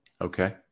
Okay